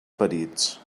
perits